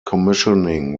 commissioning